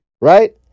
Right